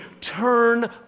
turn